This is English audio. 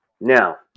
Now